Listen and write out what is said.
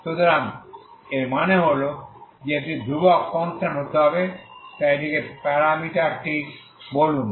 সুতরাং এর মানে হল যে এটি ধ্রুবক হতে হবে তাই এটিকে প্যারামিটারটি বলুন